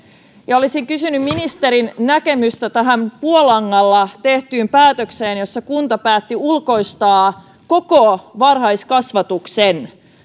olisin kysynyt ministerin näkemystä tähän puolangalla tehtyyn päätökseen jossa kunta päätti ulkoistaa koko varhaiskasvatuksen